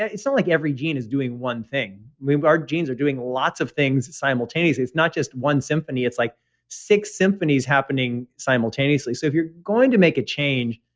ah it's not like every gene is doing one thing. i mean, our genes are doing lots of things simultaneously. it's not just one symphony. it's like six symphonies happening simultaneously so if you're going to make a change,